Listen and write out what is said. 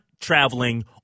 traveling